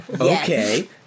Okay